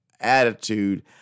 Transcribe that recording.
attitude